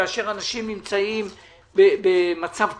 כאשר אנשים נמצאים במצב קשה.